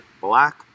black